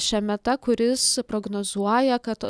šemeta kuris prognozuoja kad